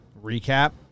recap